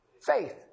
faith